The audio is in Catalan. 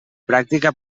pràctica